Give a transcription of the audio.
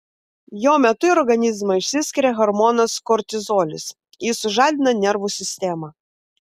jo metu į organizmą išsiskiria hormonas kortizolis jis sužadina nervų sistemą